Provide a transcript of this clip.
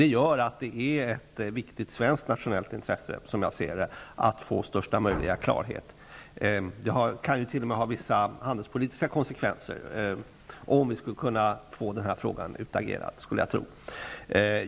Som jag ser det är det ett viktigt svenskt nationellt in tresse att få största möjliga klarhet. Det kan t.o.m. få vissa politiska konse kvenser om vi skulle få frågan utagerad.